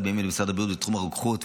בימים אלו במשרד הבריאות בתחום הרוקחות,